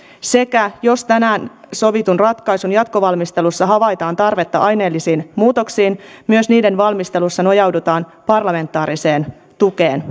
sekä jos tänään sovitun ratkaisun jatkovalmistelussa havaitaan tarvetta aineellisiin muutoksiin myös niiden valmistelussa nojaudutaan parlamentaariseen tukeen